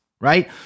right